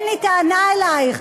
אין לי טענה אלייך,